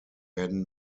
werden